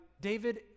David